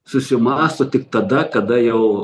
susimąsto tik tada kada jau